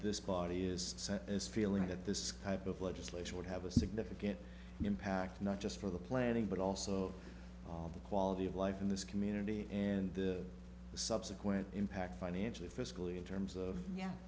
this body is set as feeling that this type of legislation would have a significant impact not just for the planning but also all of the quality of life in this community and the subsequent impact financially fiscally in terms of yeah